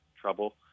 trouble